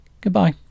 Goodbye